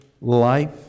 life